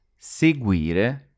seguire